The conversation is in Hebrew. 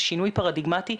זה שינוי פרדיגמטי,